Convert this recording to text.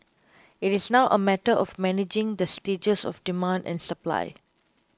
it is now a matter of managing the stages of demand and supply